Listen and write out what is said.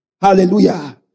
hallelujah